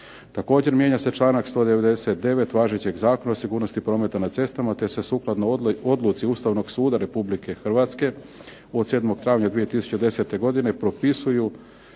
Također mijenja se članak 199. važećeg Zakona o sigurnosti prometa na cestama te se sukladno odluci Ustavnog suda Republike Hrvatske od 7. travnja 2010. propisuju